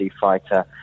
fighter